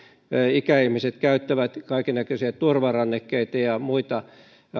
ikäihmiset käyttävät kaikennäköisiä turvarannekkeita ja muita